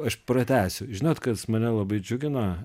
aš pratęsiu žinot kas mane labai džiugina